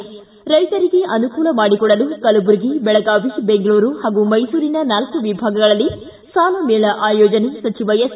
್ಯಾ ರೈತರಿಗೆ ಅನುಕೂಲ ಮಾಡಿಕೊಡಲು ಕಲಬುರಗಿ ಬೆಳಗಾವಿ ಬೆಂಗಳೂರು ಹಾಗೂ ಮೈಸೂರಿನ ನಾಲ್ಲು ವಿಭಾಗಗಳಲ್ಲಿ ಸಾಲ ಮೇಳ ಆಯೋಜನೆ ಸಚಿವ ಎಸ್